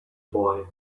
boy